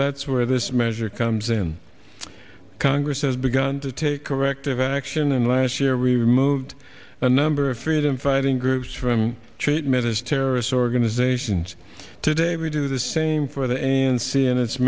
that's where this measure comes in congress has begun to take corrective action and last year we removed a number of freedom fighting groups from treatment as terrorists organizations today we do the same for the a n c and its